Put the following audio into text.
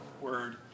word